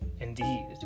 Indeed